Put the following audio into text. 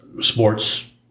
sports